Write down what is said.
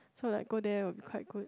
I'm like go there would be quite good